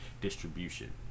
distribution